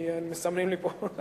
כי מסמנים לי פה.